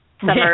Summer